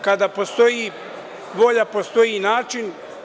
Kada postoji volja, postoji i način.